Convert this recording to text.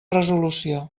resolució